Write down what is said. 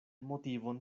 motivon